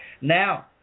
Now